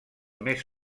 més